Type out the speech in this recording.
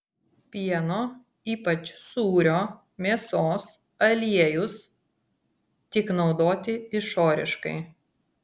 pieno ypač sūrio mėsos aliejus tik naudoti išoriškai